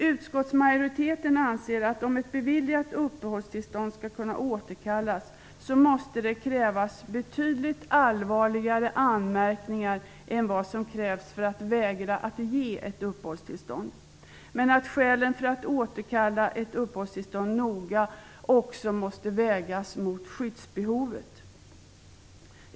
Utskottsmajoriteten anser att om ett beviljat uppehållstillstånd skall kunna återkallas så måste det krävas betydligt allvarligare anmärkningar än vad som krävs för att vägra att ge ett uppehållstillstånd. Skälen för att återkalla ett uppehållstillstånd måste också noga vägas mot skyddsbehovet.